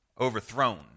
overthrown